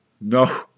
No